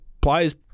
players